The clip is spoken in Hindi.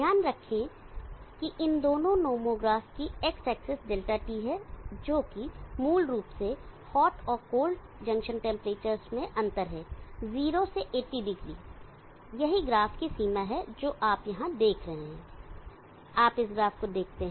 ध्यान रखें कि इन दोनों नोमोग्राफ की x एक्सिस Δt है जो कि मूल रूप से हॉट और कोल्ड जंक्शन टेंपरेचर्स में अंतर है 0 से 80o यही ग्राफ की सीमा है और जो आप यहां देख रहे हैं आप इस ग्राफ को देखते हैं